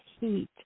heat